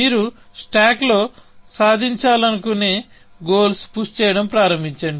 మీరు స్టాక్లో సాధించాలనుకునే గోల్స్ పుష్ చేయడం ప్రారంభించండి